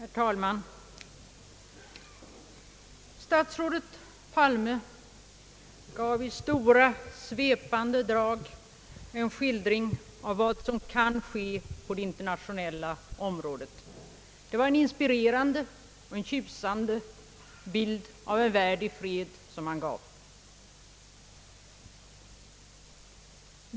Herr talman! Statsrådet Palme gav i stora svepande drag en skildring av vad som kan inträffa på det internationella området. Det var en inspirerande och tjusande bild av vad en värld i fred kan bli.